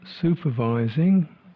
supervising